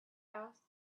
asked